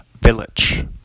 Village